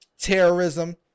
terrorism